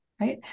Right